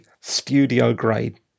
studio-grade